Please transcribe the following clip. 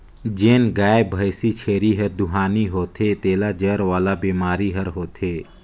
जेन गाय, भइसी, छेरी हर दुहानी होथे तेला जर वाला बेमारी हर होथे